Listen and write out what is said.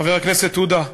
חבר הכנסת עודה,